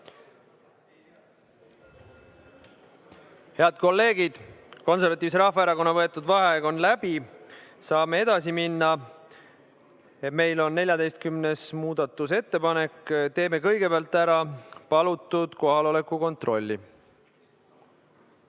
Head kolleegid, Konservatiivse Rahvaerakonna võetud vaheaeg on läbi, saame edasi minna. Meil on käsil 14. muudatusettepanek. Teeme kõigepealt ära palutud kohaloleku kontrolli.